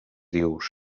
dius